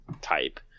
type